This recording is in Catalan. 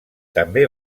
també